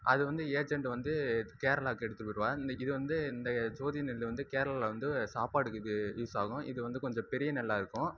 அது வந்து ஏஜென்ட்டு வந்து கேரளாவுக்கு எடுத்துகிட்டு போய்விடுவாங்க இன்றைக்கி இது வந்து இந்த ஜோதி நெல் வந்து கேரளாவில் வந்து சாப்பாடுக்கு யூஸ் ஆகும் இது வந்து கொஞ்சம் பெரிய நெல்லாக இருக்கும்